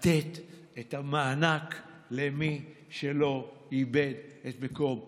לתת את המענק למי שלא איבד את מקום עבודתו?